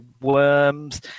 worms